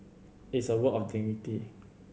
it's a work of dignity